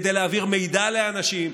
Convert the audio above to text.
כדי להעביר מידע לאנשים,